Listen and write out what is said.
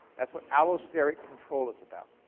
that's what allosteric control is about.